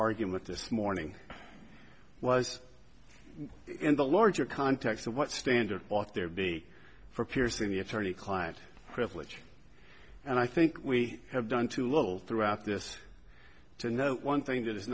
argument this morning was in the larger context of what standard off there be for piercing the attorney client privilege and i think we have done too little throughout this to know one thing t